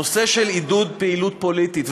בנושא של עידוד פעילות פוליטית,